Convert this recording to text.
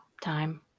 time